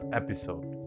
episode